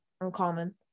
uncommon